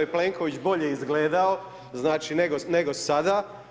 je Plenković bolje izgledao znači nego sada.